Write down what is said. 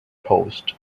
post